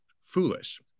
foolish